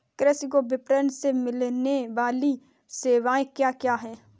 कृषि को विपणन से मिलने वाली सेवाएँ क्या क्या है